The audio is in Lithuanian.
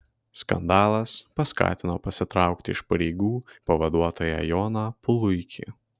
skandalas paskatino pasitraukti iš pareigų pavaduotoją joną puluikį